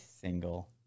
single